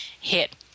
hit